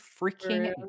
freaking